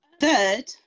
third